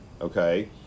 okay